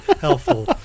helpful